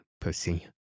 pussy